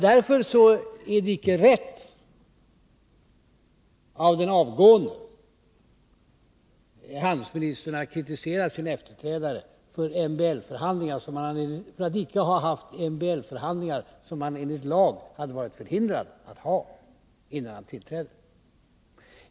Därför är det icke rätt av den avgående handelsministern att kritisera sin efterträdare för att denne icke har haft MBL-förhandlingar, som han enligt lag hade varit förhindrad att ha innan han tillträdde.